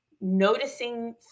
noticing